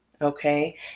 okay